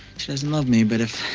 she doesn't love me, but if